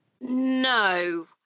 No